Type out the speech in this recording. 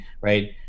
right